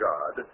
God